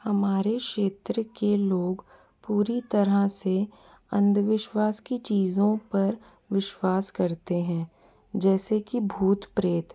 हमारे क्षेत्र के लोग पूरी तरह से अंधविश्वास की चीज़ों पर विश्वास करते हैं जैसे की भूत प्रेत